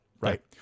right